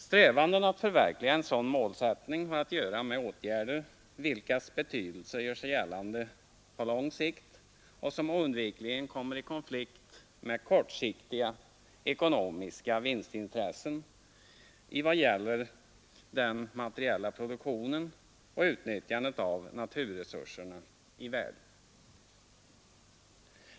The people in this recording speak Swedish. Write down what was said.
Strävanden att förverkliga en sådan målsättning har att göra med åtgärder vilkas betydelse gör sig gällande på lång sikt och som oundvikligen kommer i konflikt med kortsiktiga ekonomiska vinstintressen i vad gäller den materiella produktionen och utnyttjandet av naturresurserna i världen.